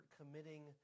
committing